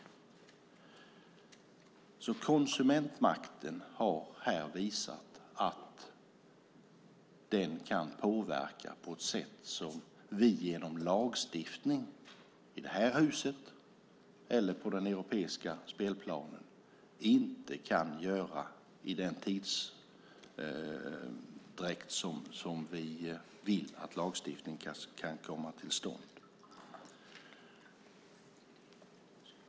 Konsumentmakten har alltså här visat att den kan påverka på ett sätt som vi genom lagstiftning i det här huset eller på den europeiska spelplanen inte kan göra inom den tidsutdräkt under vilken vi vill att lagstiftningen ska kunna komma till stånd.